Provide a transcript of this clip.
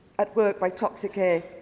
at work by toxic air.